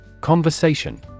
Conversation